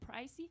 pricey